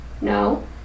no